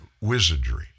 Wizardry